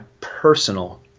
personal